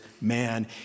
man